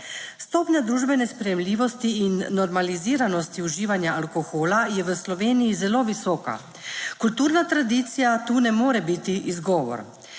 Stopnja družbene sprejemljivosti in normaliziranosti uživanja alkohola je v Sloveniji zelo visoka. Kulturna tradicija tu ne more biti izgovor.